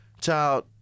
child